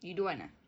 you don't want ah